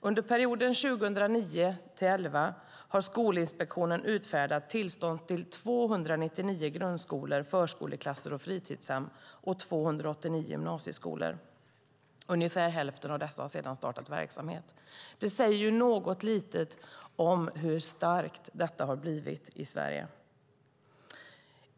Under perioden 2009-2011 har Skolinspektionen utfärdat tillstånd till 299 grundskolor, förskoleklasser och fritidshem och till 289 gymnasieskolor. Ungefär hälften av dessa har sedan startat verksamhet. Det säger något om hur starkt detta har blivit i Sverige.